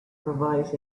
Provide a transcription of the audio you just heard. provides